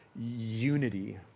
unity